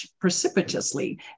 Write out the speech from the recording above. precipitously